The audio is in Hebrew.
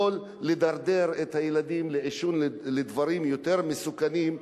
יכול לדרדר את הילדים לדברים יותר מסוכנים,